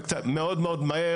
מאוד מאוד מהר.